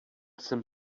jsem